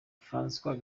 francis